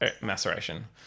maceration